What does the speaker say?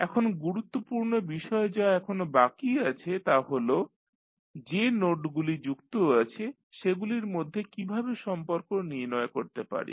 এখন গুরুত্ত্বপূর্ণ বিষয় যা এখনো বাকি আছে তা হল যে নোডগুলি যুক্ত আছে সেগুলির মধ্যে কীভাবে সম্পর্ক নির্ণয় করতে পারি